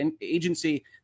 agency